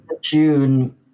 june